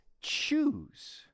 Choose